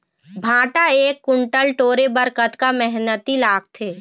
भांटा एक कुन्टल टोरे बर कतका मेहनती लागथे?